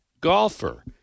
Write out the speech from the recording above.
golfer